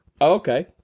Okay